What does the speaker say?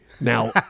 Now